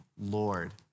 Lord